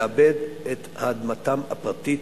לעבד את אדמתם הפרטית,